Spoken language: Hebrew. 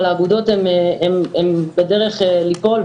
אבל האגודות הן בדרך ליפול,